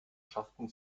schafften